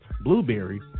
Blueberry